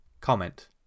comment